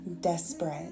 desperate